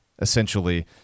essentially